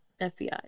fbi